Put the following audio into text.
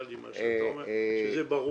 לא סתם הערכת אצבע, אלא מבוסס